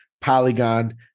Polygon